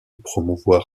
promouvoir